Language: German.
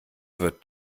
wird